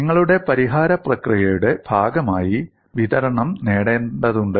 നിങ്ങളുടെ പരിഹാര പ്രക്രിയയുടെ ഭാഗമായി വിതരണം നേടേണ്ടതുണ്ട്